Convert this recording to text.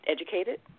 educated